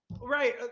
right